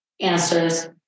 answers